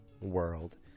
world